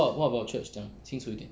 what about church 讲清楚一点